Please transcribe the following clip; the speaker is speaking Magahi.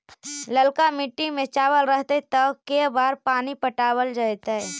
ललका मिट्टी में चावल रहतै त के बार पानी पटावल जेतै?